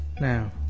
now